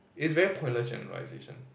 is very pointless generalization